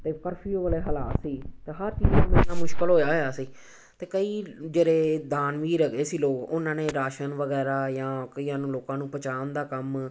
ਅਤੇ ਕਰਫਿਊ ਵਾਲੇ ਹਲਾਤ ਸੀ ਅਤੇ ਹਰ ਚੀਜ਼ ਨੂੰ ਮਿਲਣਾ ਮੁਸ਼ਕਿਲ ਹੋਇਆ ਹੋਇਆ ਸੀ ਅਤੇ ਕਈ ਜਿਹੜੇ ਦਾਨਵੀਰ ਹੈਗੇ ਸੀ ਲੋਕ ਉਹਨਾਂ ਨੇ ਰਾਸ਼ਨ ਵਗੈਰਾ ਜਾਂ ਕਈਆਂ ਨੂੰ ਲੋਕਾਂ ਨੂੰ ਪਹੁੰਚਾਉਣ ਦਾ ਕੰਮ